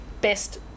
best